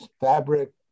Fabric